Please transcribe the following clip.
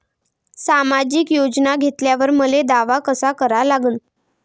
सामाजिक योजना घेतल्यावर मले दावा कसा करा लागन?